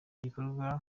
gikorwa